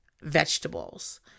vegetables